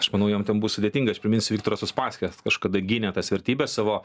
aš manau jam ten bus sudėtinga aš priminsiu viktoras uspaskichas kažkada gynė tas vertybes savo